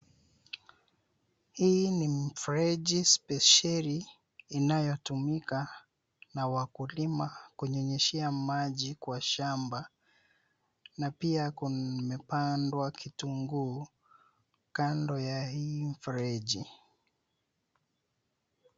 Hii ni mfereji spesheli inayotumika na wakulima kunyunyizia maji kwa shamba, na pia kumepandwa kitunguu, kando ya hii mfereji.